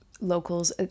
locals